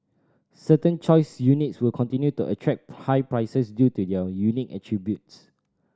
certain choice units will continue to attract high prices due to their unique attributes